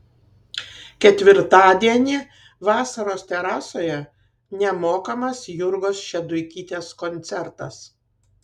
ketvirtadienį vasaros terasoje nemokamas jurgos šeduikytės koncertas